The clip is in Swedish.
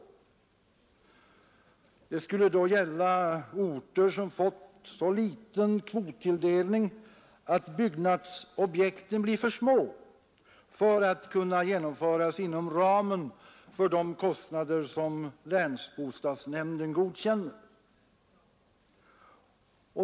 Det skulle då gälla orter som fått så liten kvottilldelning att byggnadsobjekten blir för små för att kunna genomföras inom ramen för de kostnader som länsbostadsnämnden godkänner.